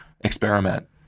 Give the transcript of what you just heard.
experiment